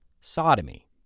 Sodomy